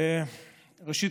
ראשית,